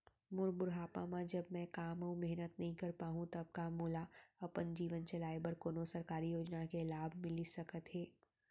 मोर बुढ़ापा मा जब मैं काम अऊ मेहनत नई कर पाहू तब का मोला अपन जीवन चलाए बर कोनो सरकारी योजना के लाभ मिलिस सकत हे?